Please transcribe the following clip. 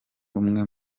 umwe